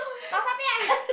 tau sa piah